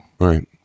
Right